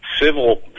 civil